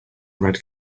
red